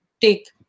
take